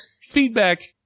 feedback